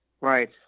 Right